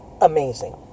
Amazing